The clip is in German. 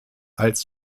als